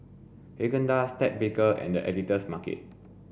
Haagen Dazs Ted Baker and The Editor's Market